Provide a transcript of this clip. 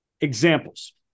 Examples